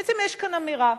בעצם יש כאן אמירה: